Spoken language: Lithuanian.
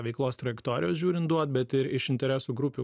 veiklos trajektorijos žiūrint duot bet ir iš interesų grupių